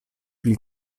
pri